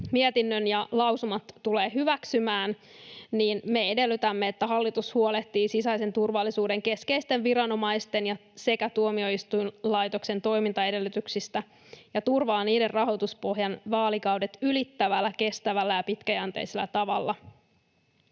mietinnön ja lausumat tulee hyväksymään, niin me edellytämme, että hallitus huolehtii sisäisen turvallisuuden keskeisten viranomaisten sekä tuomioistuinlaitoksen toimintaedellytyksistä ja turvaa niiden rahoituspohjan vaalikaudet ylittävällä, kestävällä ja pitkäjänteisellä tavalla.